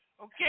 Okay